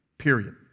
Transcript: Period